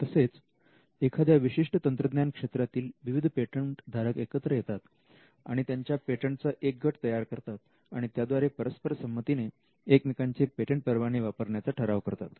तसेच एखाद्या विशिष्ट तंत्रज्ञान क्षेत्रातील विविध पेटंट धारक एकत्र येतात आणि त्यांच्या पेटंटचा एक गट तयार करतात आणि त्याद्वारे परस्पर संमतीने एकमेकांचे पेटंट परवाने वापरण्याचा ठराव करतात